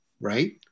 right